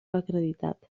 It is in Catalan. acreditat